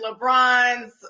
LeBrons